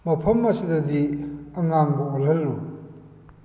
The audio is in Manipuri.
ꯃꯐꯝ ꯑꯁꯤꯗꯗꯤ ꯑꯉꯥꯡꯕ ꯑꯣꯜꯍꯜꯂꯨ